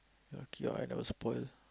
lucky your eye never spoil